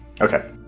Okay